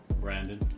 Brandon